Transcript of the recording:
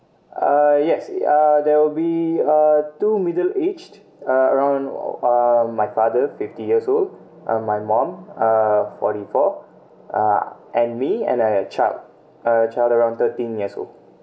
uh yes uh there will be uh two middle aged uh around uh my father fifty years old and my mom uh forty-four uh and me and a child a child around thirteen years old